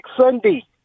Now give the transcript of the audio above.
Sunday